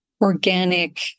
organic